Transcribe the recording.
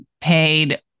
paid